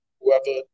whoever